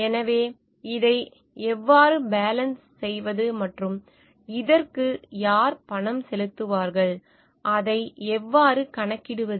எனவே இதை எவ்வாறு பேலன்ஸ் செய்வது மற்றும் இதற்கு யார் பணம் செலுத்துவார்கள் அதை எவ்வாறு கணக்கிடுவது